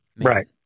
Right